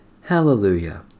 Hallelujah